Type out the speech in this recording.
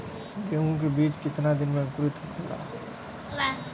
गेहूँ के बिज कितना दिन में अंकुरित होखेला?